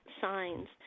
signs